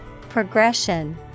Progression